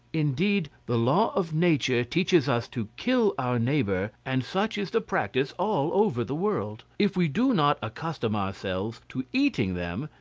indeed, the law of nature teaches us to kill our neighbour, and such is the practice all over the world. if we do not accustom ourselves to eating them,